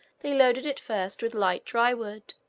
they loaded it first with light dry wood,